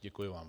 Děkuji vám.